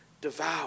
devour